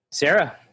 Sarah